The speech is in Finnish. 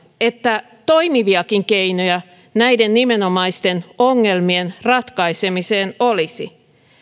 että toimiviakin keinoja näiden nimenomaisten ongelmien ratkaisemiseen olisi